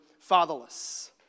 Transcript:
fatherless